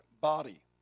body